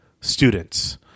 students